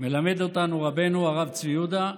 מלמד אותנו רבנו הרב צבי יהודה,